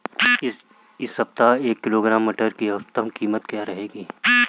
इस सप्ताह एक किलोग्राम मटर की औसतन कीमत क्या रहेगी?